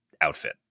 outfit